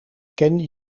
ken